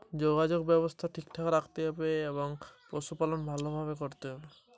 বাণিজ্যিকভাবে ভেড়া পালনে কোন কোন দিকে বিশেষ নজর রাখতে হয়?